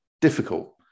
difficult